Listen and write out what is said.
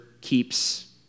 keeps